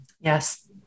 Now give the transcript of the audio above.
Yes